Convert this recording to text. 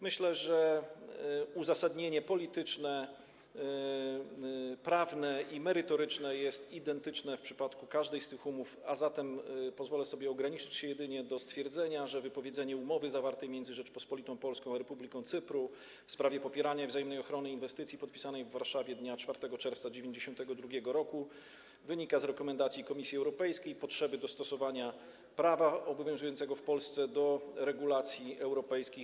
Myślę, że uzasadnienie polityczne, prawne i merytoryczne jest identyczne w przypadku każdej z tych umów, a zatem pozwolę sobie ograniczyć się jedynie do stwierdzenia, że wypowiedzenie umowy zawartej między Rzecząpospolitą Polską a Republiką Cypru w sprawie popierania i wzajemnej ochrony inwestycji, podpisanej w Warszawie dnia 4 czerwca 1992 r., wynika z rekomendacji Komisji Europejskiej, potrzeby dostosowania prawa obowiązującego w Polsce do regulacji europejskich.